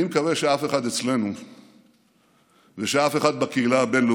אני מקווה שאף אחד אצלנו ושאף אחד בקהילה הבין-לאומית